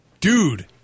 Dude